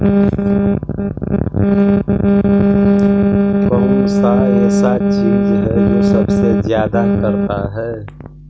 कौन सा ऐसा चीज है जो सबसे ज्यादा करता है?